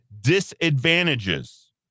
disadvantages